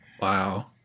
wow